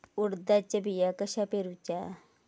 उडदाचा बिया कसा पेरूचा?